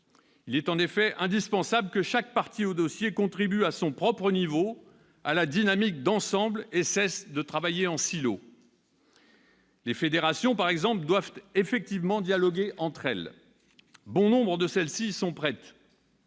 Il est en effet indispensable que chaque partie au dossier contribue à son propre niveau à la dynamique d'ensemble et cesse de travailler en silo ! Par exemple, les fédérations doivent effectivement dialoguer entre elles. Bon nombre de celles-ci y sont prêtes.